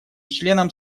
членам